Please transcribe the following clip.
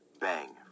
bang